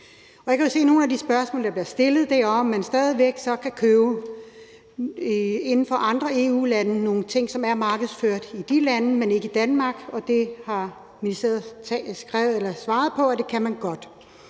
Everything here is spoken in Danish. Jeg kan se, at nogle af de spørgsmål, der bliver stillet, er, om man stadig væk i andre EU-lande så kan købe nogle ting, som er markedsført i de lande, men ikke i Danmark, og til det har ministeriet svaret, at det kan man godt.